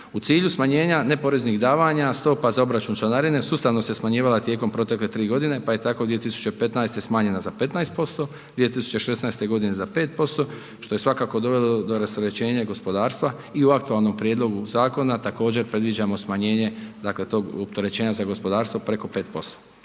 U cilju smanjenja neporeznih davanja, stopa za obračun članarine sustavno se smanjivala tijekom protekle 3 godine, pa je tako 2015. smanjena za 15%, 2016. za 5%, što je svakako dovelo do rasterećenja gospodarstva i u aktualnom prijedlogu zakona također previđamo smanjenje dakle tog opterećenja za gospodarstvo preko 5%.